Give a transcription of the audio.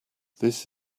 this